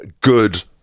good